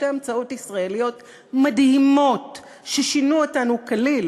שתי המצאות ישראליות מדהימות ששינו אותנו כליל